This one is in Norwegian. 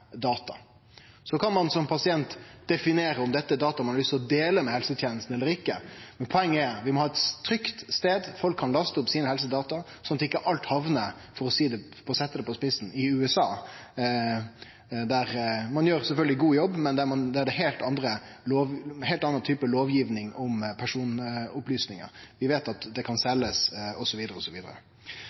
Så kan ein som pasient definere om dette er data ein har lyst til å dele med helsetenesta eller ikkje, men poenget er at vi må ha ein trygg stad folk kan laste opp helsedataene sine, sånn at ikkje alt – for å setje det på spissen – hamnar i USA, der ein sjølvsagt gjer ein god jobb, men der det er ein heilt annan type lovgiving om personopplysningar. Vi veit at det kan seljast,